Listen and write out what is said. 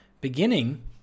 beginning